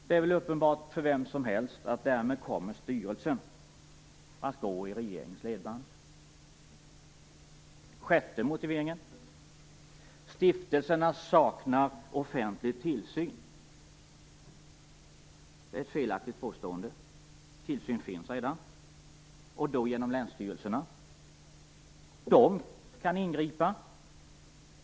Det är väl uppenbart för vem som helst att styrelsen därmed kommer att gå i regeringens ledband. Sjätte motiveringen är att stiftelserna saknar offentlig tillsyn. Det är ett felaktigt påstående. Tillsyn finns redan, och då genom länsstyrelserna. De kan ingripa.